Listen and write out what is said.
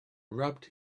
rubbed